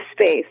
space